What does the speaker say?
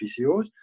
PCOs